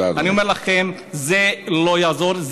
אני אומר לכם, זה לא יעזור.